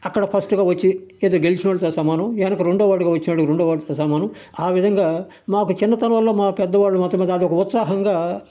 అక్కడ ఫస్ట్గా వచ్చి గెలిచినోళ్లతో సమానం ఎనక రెండో వాడుగా వచ్చాడో రెండో వాడితో సమానం ఆ విధంగా మాకు చిన్నతనంలో మా పెద్ద వాళ్ళు మాత్రమే కాదు ఉత్సాహంగా